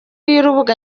y’urubuga